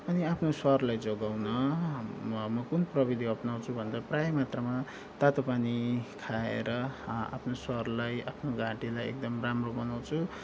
अनि आफ्नो स्वरलाई जोगाउन म कुन प्रविधि अप्नाउँछु भन्दा प्रायः मात्रामा तातो पानी खाएर आफ्नो स्वरलाई आफ्नो घाँटीलाई एकदम राम्रो बनाउँछु